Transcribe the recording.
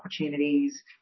opportunities